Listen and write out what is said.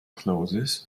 closes